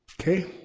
Okay